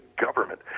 government